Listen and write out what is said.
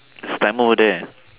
there's a timer over there